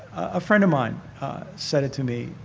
a friend of mine said it to me.